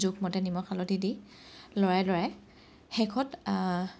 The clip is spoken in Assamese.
জোখমতে নিমখ হালধি দি লৰাই লৰাই শেষত